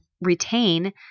retain